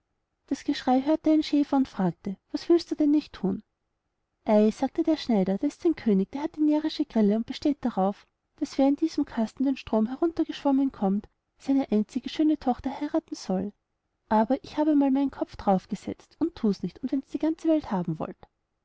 das geschrei hörte ein schäfer und fragte was willst du denn nicht thun ei sagte der schneider da ist ein könig der hat die närrische grille und besteht drauf daß wer in diesem kasten den strom hinuntergeschwommen kommt seine einzige schöne tochter heirathen soll aber ich hab einmal meinen kopf drauf gesetzt und thus nicht und wenns die ganze welt haben wollt